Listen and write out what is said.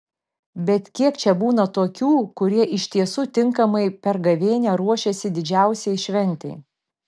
bet kiek čia būna tokių kurie iš tiesų tinkamai per gavėnią ruošėsi didžiausiai šventei